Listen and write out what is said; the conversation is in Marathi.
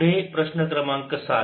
पुढे प्रश्न क्रमांक सात